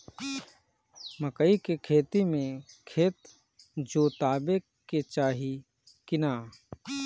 मकई के खेती मे खेत जोतावे के चाही किना?